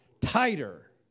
tighter